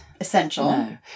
essential